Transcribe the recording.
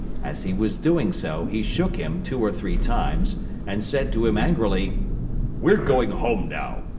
as he was doing so, he shook him two or three times and said to him angrily we're going home now.